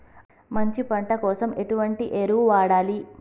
మంచి పంట కోసం ఎటువంటి ఎరువులు వాడాలి?